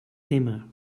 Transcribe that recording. témer